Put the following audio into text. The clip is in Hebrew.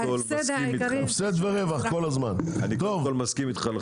אני לחלוטין מסכים איתך.